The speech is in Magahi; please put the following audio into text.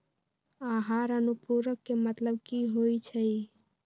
आहार अनुपूरक के मतलब की होइ छई?